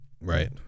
Right